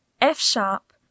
F-sharp